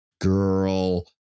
girl